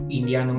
India